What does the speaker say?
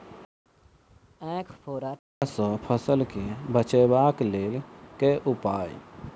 ऐंख फोड़ा टिड्डा सँ फसल केँ बचेबाक लेल केँ उपाय?